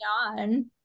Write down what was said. on